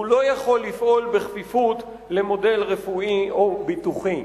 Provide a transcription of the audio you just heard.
והוא לא יכול לפעול בכפיפות למודל רפואי או ביטוחי.